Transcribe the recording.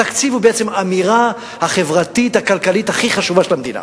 תקציב הוא בעצם האמירה החברתית-הכלכלית הכי חשובה של המדינה.